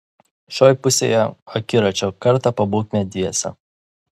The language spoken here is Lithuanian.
šioj pusėje akiračio kartą pabūkime dviese